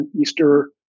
Easter